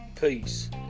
Peace